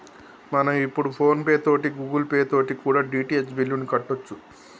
మనం ఇప్పుడు PhonePe తోటి గూగుల్ పే తోటి కూడా డి.టి.హెచ్ బిల్లుని కట్టొచ్చు